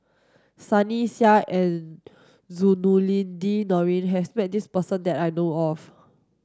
Sunny Sia and Zainudin Nordin has met this person that I know of